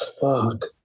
Fuck